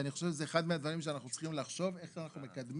ואני חושב שזה אחד מהדברים שאנחנו צריכים לחשוב איך אנחנו מקדמים.